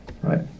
right